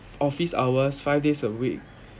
office hours five days a week